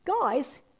guys